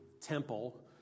temple